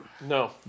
No